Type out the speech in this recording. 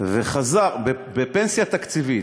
וחזר, בפנסיה תקציבית,